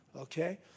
Okay